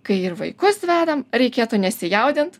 kai ir vaikus vedam reikėtų nesijaudint